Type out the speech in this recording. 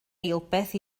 eilbeth